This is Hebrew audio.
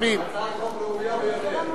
זו הצעת חוק ראויה ביותר.